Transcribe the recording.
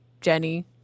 Jenny